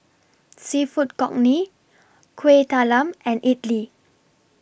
Seafood Congee Kuih Talam and Idly